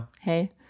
Hey